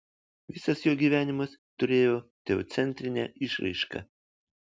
visas jo gyvenimas turėjo teocentrinę išraišką